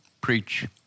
preach